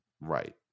Right